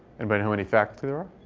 and but how many faculty there are?